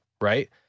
Right